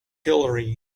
hillary